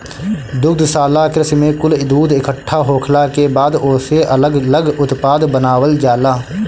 दुग्धशाला कृषि में कुल दूध इकट्ठा होखला के बाद ओसे अलग लग उत्पाद बनावल जाला